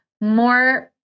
more